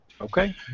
Okay